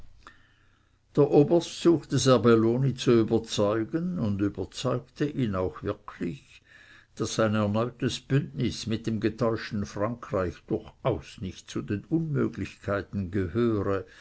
der oberst suchte serbelloni zu überzeugen und überzeugte ihn auch wirklich daß ein erneutes bündnis mit dem getäuschten frankreich durchaus nicht zu den unmöglichkeiten gehöre